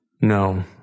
No